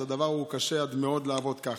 אז קשה עד מאוד לעבוד ככה.